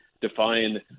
define